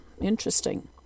Interesting